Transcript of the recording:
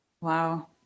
wow